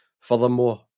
Furthermore